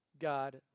God